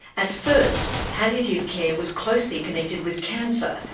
at first, palliative care was closely connected with cancer,